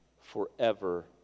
forever